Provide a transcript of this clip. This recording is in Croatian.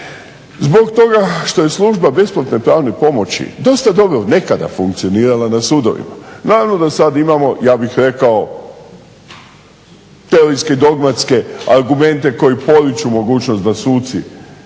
zbog toga što je služba besplatne pravne pomoći dosta dobro nekada funkcionirala na sudovima. Naravno da sad imamo ja bih rekao teoretske i dogmatske argumente koji poriču mogućnost da suci